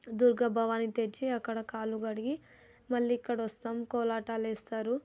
దుర్గభవాని తెచ్చి అక్కడ కాళ్ళు కడిగి మళ్ళీ ఇక్క డ వస్తాం కోలాటాలు వేస్తారు